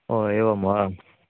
ओ एवं वा